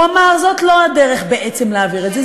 הוא אמר: זאת לא הדרך בעצם להעביר את זה,